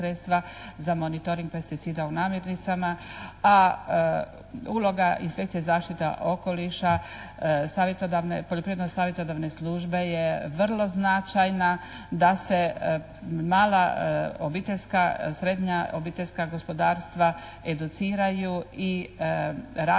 za monitoring pesticida u namirnicama a uloga inspekcije zaštite okoliša, savjetodavne, poljoprivredno savjetodavne službe je vrlo značajna da se mala obiteljska, srednja obiteljska gospodarstva educiraju i rade sa